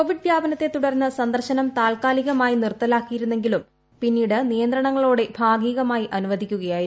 Covid വ്യാപനത്തെ തുടർന്ന് സന്ദർശനം താൽക്കാലികമായി നിർത്തലാക്കിയിരുന്നെങ്കിലും പിന്നീട് നിയന്ത്രണങ്ങളോടെ ഭാഗികമായി അനുവദിക്കുകയായിരുന്നു